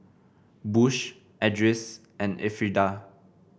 Bush Edris and Elfrieda